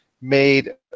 made